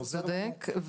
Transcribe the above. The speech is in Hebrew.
אתה צודק,